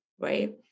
right